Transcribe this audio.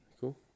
cool